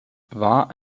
war